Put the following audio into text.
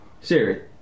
Siri